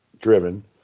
driven